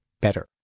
better